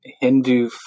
Hindu